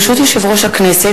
ברשות יושב-ראש הכנסת,